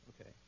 Okay